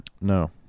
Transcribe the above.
No